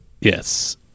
Yes